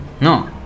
No